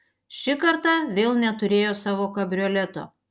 ši karta vėl neturėjo savo kabrioleto